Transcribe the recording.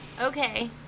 okay